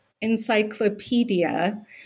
encyclopedia